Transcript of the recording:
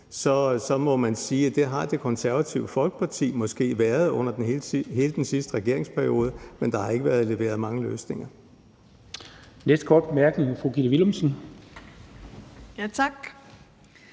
så må man sige, at det har Det Konservative Folkeparti måske været under hele den sidste regeringsperiode. Men der har ikke været leveret mange løsninger.